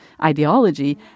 ideology